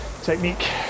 technique